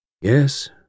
Yes